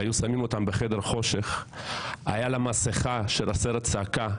היו שמים אותה בחדר חושך עם מסכה מהסרט "צעקה".